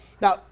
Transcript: Now